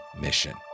mission